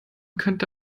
könnte